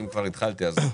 ינון אזולאי,